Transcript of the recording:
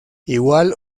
igual